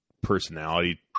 personality